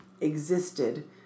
existed